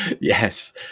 yes